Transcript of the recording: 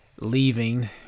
leaving